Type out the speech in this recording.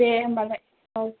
दे होनबालाय औ